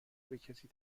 بکسی